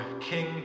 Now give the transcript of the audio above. King